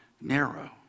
narrow